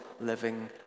living